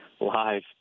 live